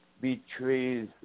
betrays